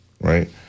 right